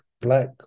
black